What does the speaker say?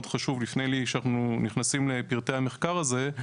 חשוב לפני שאנחנו נכנסים לפרטי המחקר הזה,